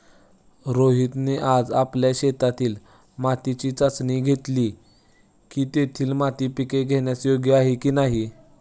रोहितने आज आपल्या शेतातील मातीची चाचणी घेतली की, तेथील माती पिके घेण्यास योग्य आहे की नाही